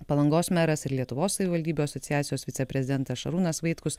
palangos meras ir lietuvos savivaldybių asociacijos viceprezidentas šarūnas vaitkus